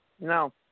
no